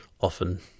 often